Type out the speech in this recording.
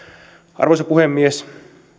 arvoisa puhemies